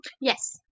yes